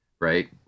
right